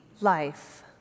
life